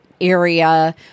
area